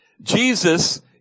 Jesus